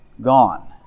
gone